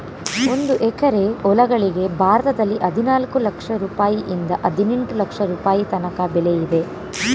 ಒಂದು ಎಕರೆ ಹೊಲಗಳಿಗೆ ಭಾರತದಲ್ಲಿ ಹದಿನಾಲ್ಕು ಲಕ್ಷ ರುಪಾಯಿಯಿಂದ ಹದಿನೆಂಟು ಲಕ್ಷ ರುಪಾಯಿ ತನಕ ಬೆಲೆ ಇದೆ